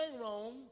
wrong